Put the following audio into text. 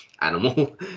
animal